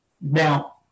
Now